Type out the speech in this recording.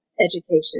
education